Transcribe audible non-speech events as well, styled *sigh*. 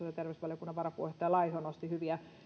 *unintelligible* ja terveysvaliokunnan varapuheenjohtaja laiho nosti hyviä